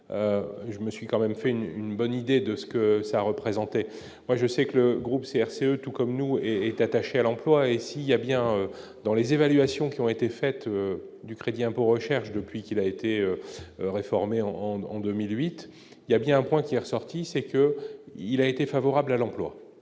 je me suis quand même fait une une bonne idée de ce que ça représentait, moi je sais que le groupe CRC, tout comme nous, et est attaché à l'emploi, et s'il y a bien, dans les évaluations qui ont été faites du crédit impôt recherche depuis qu'il a été réformé en en 2008, il y a bien un point qui est ressorti, c'est qu'il a été favorable à l'emploi,